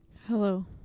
Hello